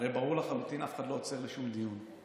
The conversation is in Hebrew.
הרי ברור לחלוטין שאף אחד לא עוצר לשום דיון,